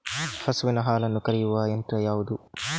ಹಸುವಿನ ಹಾಲನ್ನು ಕರೆಯುವ ಯಂತ್ರ ಯಾವುದು?